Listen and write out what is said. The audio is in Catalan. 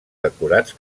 decorats